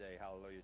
hallelujah